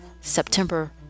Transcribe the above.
September